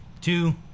Two